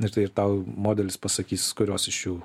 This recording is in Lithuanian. ir tai ir tau modelis pasakys kurios iš jų